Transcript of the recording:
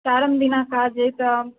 चारिम दिना काज अछि तऽ